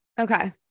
Okay